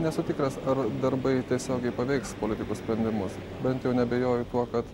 nesu tikras ar darbai tiesiogiai paveiks politikų sprendimus bent jau neabejoju kad